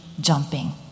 jumping